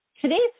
Today's